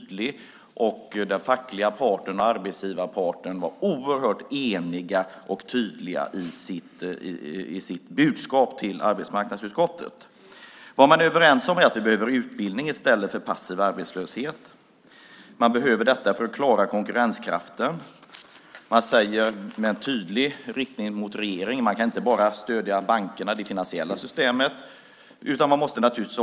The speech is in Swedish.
Den fackliga parten och arbetsgivarparten var eniga och tydliga i sitt budskap till arbetsmarknadsutskottet. Man var överens om att det behövs utbildning i stället för passiv arbetslöshet. Det behövs för att klara konkurrenskraften. Det sades, med en tydlig riktning mot regeringen, att man inte bara kan stödja bankerna och det finansiella systemet. Industrin måste också stödjas.